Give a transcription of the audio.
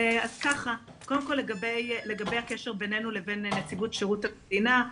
קודם כל לגבי הקשר בינינו לבין נציבות שירות המדינה.